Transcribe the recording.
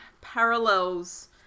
parallels